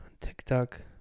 TikTok